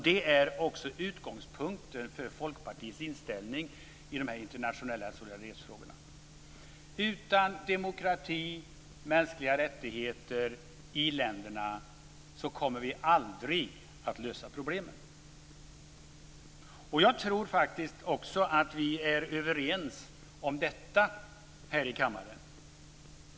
Det är också utgångspunkten för Utan demokrati och mänskliga rättigheter i länderna kommer vi aldrig att lösa problemen. Jag tror att vi är överens om det också här i kammaren.